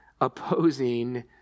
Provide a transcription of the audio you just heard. opposing